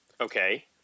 Okay